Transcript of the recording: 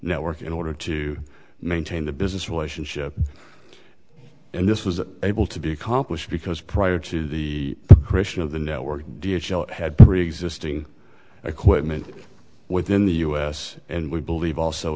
network in order to maintain the business relationship and this was able to be accomplished because prior to the creation of the network d h l had preexisting equipment within the us and we believe also